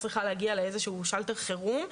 צריכה להגיע לאיזה שהוא שלטר חירום,